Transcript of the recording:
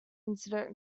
accident